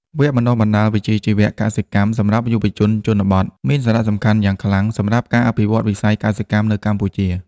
វគ្គបណ្តុះបណ្តាលវិជ្ជាជីវៈកសិកម្មសម្រាប់យុវជនជនបទមានសារៈសំខាន់យ៉ាងខ្លាំងសម្រាប់ការអភិវឌ្ឍវិស័យកសិកម្មនៅកម្ពុជា។